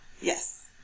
Yes